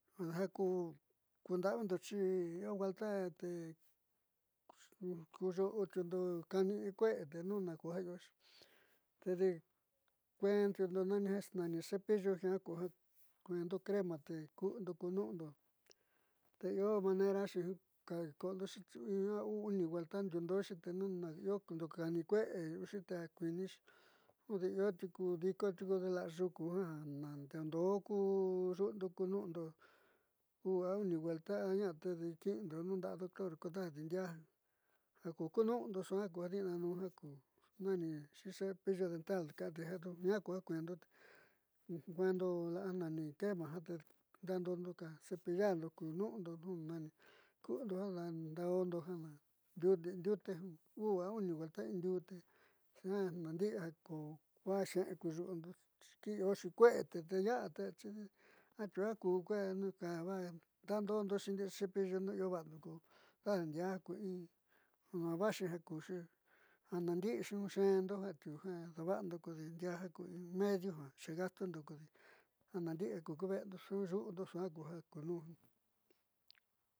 Ja ku kunda'avindo xi io huelta te ku xu'utiundo kani in kue'e te nuna kuja ioxi te kuentiundo nani ja nani cepillo jiaa ku ja kuendo crema te kuundo ku nu'undo te io maneroxi ka ko'ondoxi in au'u uni huella ndiuundo'oxi te iando kaani kue'e yu'uxi te akuinixi jundá io tiuku dikode la'a yuku ja daando'o ku yu'undo ku nu'undo u'u a uni huelta a ña'a te ki'indo nunda'a doctor kodaadi ndiaa ja ku kunu'undo suaa ku ja di'inanuun ja ku nani cepillo dental ka'ande jiaa ku ja kueendo te kuendo la'a jo nani crema jo daando'ondo ka cepillanado ku nu'undo daando'ondo ndiute in, u'u, uni huelta in diuu jiaa naandi'i ja ku vaaj xe'e ku yu'undo kii ioxi kue'e te na'a te atiuja ku kue'e va daando'ondo xi ndi'i cepillo io va'ando ka dajdi ndiaa ku in ku ja va'axi ja naandi'ixi tenu xe'endo atiu ja dava'ando kodi ndiaa ku in medio ja xegastondo ko ja na'andi'i ja ku xu'undo sua'a ku ja kunuun.